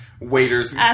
waiters